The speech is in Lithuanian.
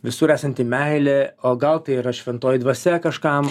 visur esanti meilė o gal tai yra šventoji dvasia kažkam